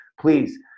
please